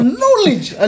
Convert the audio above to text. knowledge